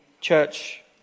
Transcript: church